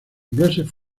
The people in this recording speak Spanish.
ingleses